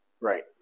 Right